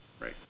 right